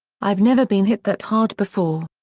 i've never been hit that hard before.